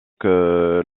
que